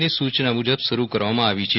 ની સુ ચના મુજબશરુ કરવામાં આવી છે